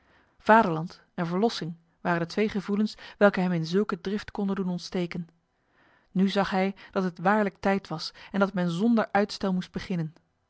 vaderland en verlossing waren de twee gevoelens welke hem in zulke drift konden doen ontsteken nu zag hij dat het waarlijk tijd was en dat men zonder uitstel moest beginnen